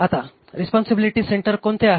आता responsibility centre कोणते आहेत